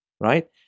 right